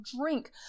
drink